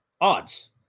Odds